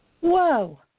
Whoa